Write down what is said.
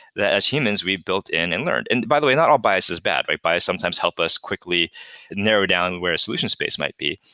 that as humans we built in and learned. and by the way, not all bias is bad. but bias sometimes help us quickly narrow down where a solution space might be.